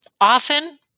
often